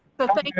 thank you.